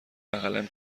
بغلم